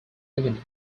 avenue